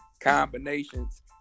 combinations